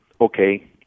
okay